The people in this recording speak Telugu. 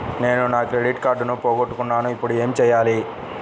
నేను నా క్రెడిట్ కార్డును పోగొట్టుకున్నాను ఇపుడు ఏం చేయాలి?